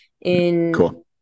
in-